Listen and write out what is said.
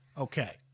okay